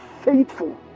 faithful